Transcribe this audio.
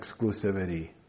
exclusivity